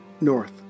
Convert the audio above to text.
north